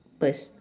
purse